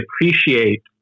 appreciate